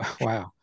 Wow